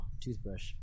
toothbrush